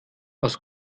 aus